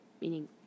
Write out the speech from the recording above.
meaning